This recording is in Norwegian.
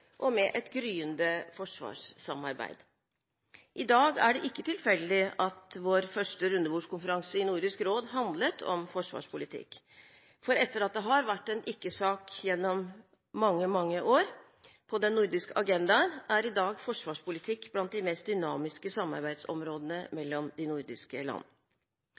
og med et gryende forsvarssamarbeid. I dag er det ikke tilfeldig at vår første rundebordskonferanse i Nordisk råd handlet om forsvarspolitikk. For etter at det har vært en ikke-sak gjennom mange, mange år på den nordiske agendaen, er i dag forsvarspolitikk blant de mest dynamiske samarbeidsområdene mellom de nordiske land.